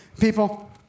people